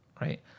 right